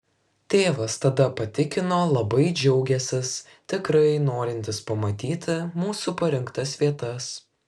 tėvas tada patikino labai džiaugiąsis tikrai norintis pamatyti mūsų parinktas vietas